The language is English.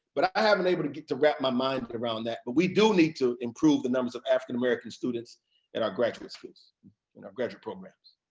but i haven't been able to get to wrap my mind around that. but we do need to improve the numbers of african-american students at our graduate schools, in our graduate programs.